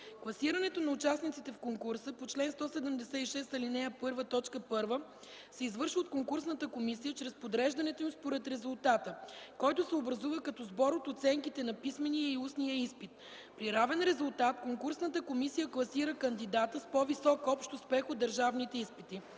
Класирането на участниците в конкурса по чл. 176, ал. 1, т. 1 се извършва от конкурсната комисия чрез подреждането им според резултата, който се образува като сбор от оценките на писмения и устния изпит. При равен резултат конкурсната комисия класира кандидата с по-висок общ успех от държавните изпити.